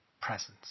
Presence